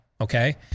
okay